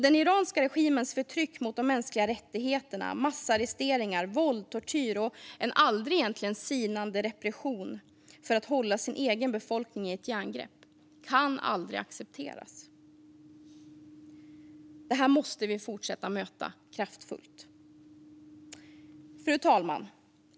Den iranska regimens brott mot de mänskliga rättigheterna - massarresteringar, våld, tortyr och en egentligen aldrig sinande repression för att hålla den egna befolkningen i ett järngrepp - kan aldrig accepteras. Detta måste vi fortsätta att möta kraftfullt. Fru talman!